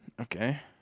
Okay